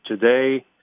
today